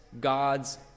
God's